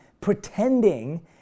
pretending